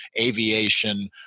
aviation